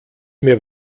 mehr